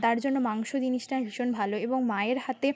তার জন্য মাংস জিনিসটা আমি ভীষণ ভালো এবং মায়ের হাতে